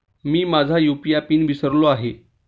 मी माझा UPI PIN विसरले आहे